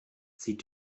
sie